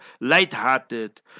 light-hearted